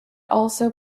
also